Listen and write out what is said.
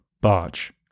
Barge